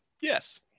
yes